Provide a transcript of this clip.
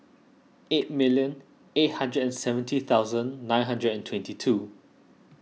eight million eight hundred and seventy thousand nine hundred and twenty two